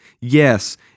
Yes